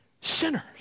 sinners